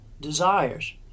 desires